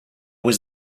was